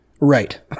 Right